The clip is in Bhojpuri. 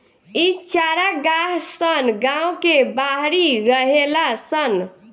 इ चारागाह सन गांव के बाहरी रहेला सन